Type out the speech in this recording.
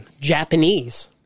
Japanese